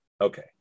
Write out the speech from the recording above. Okay